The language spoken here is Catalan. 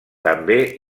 també